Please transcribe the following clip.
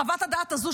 חוות הדעת הזו,